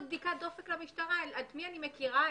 בדיקת דופק למשטרה את מי אני מכירה,